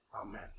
Amen